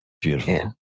Beautiful